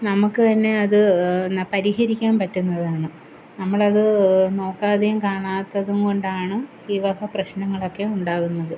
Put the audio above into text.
നമുക്ക് തന്നെ അത് എന്നാ പരിഹരിക്കാൻ പറ്റുന്നതാണ് നമ്മളത് നോക്കാതെയും കാണാത്തതും കൊണ്ടാണ് ഈ വക പ്രശ്നങ്ങളൊക്കെ ഉണ്ടാകുന്നത്